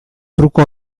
truko